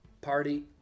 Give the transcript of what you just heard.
Party